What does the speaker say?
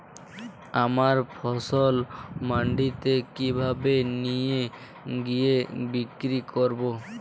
আমার ফসল মান্ডিতে কিভাবে নিয়ে গিয়ে বিক্রি করব?